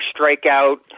strikeout